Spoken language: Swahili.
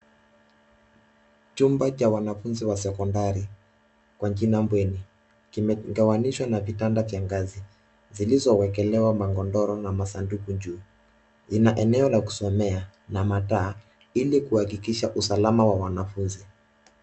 Chumba cha wanafunzi wa sekondari kwa jina bweni kimegawanyishwa na vitanda vya ngazi zilizowekelewa magodoro na masanduku juu. Ina eneo ya kusomea na mataa ili kuhakikisha usalama wa wanafunzi.